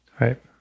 Right